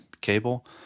cable